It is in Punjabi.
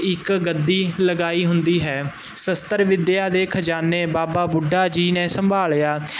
ਇੱਕ ਗੱਦੀ ਲਗਾਈ ਹੁੰਦੀ ਹੈ ਸਸਤਰ ਵਿੱਦਿਆ ਦੇ ਖਜ਼ਾਨੇ ਬਾਬਾ ਬੁੱਢਾ ਜੀ ਨੇ ਸੰਭਾਲਿਆ